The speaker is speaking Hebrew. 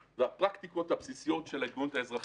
ומהרפקטיקות הבסיסיות של ההתגוננות האזרחית.